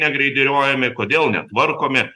negreideriuojami kodėl netvarkomi